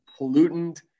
pollutant